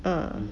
ah